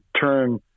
turn